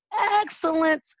excellent